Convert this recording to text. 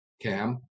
Cam